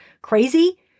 crazy